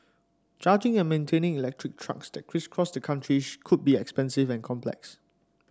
charging and maintaining electric trucks that crisscross the country could be expensive and complex